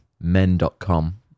Men.com